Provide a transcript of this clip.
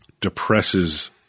depresses